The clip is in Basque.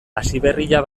hasiberria